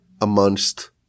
amongst